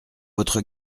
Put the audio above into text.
votre